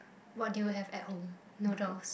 what do you have at home noodles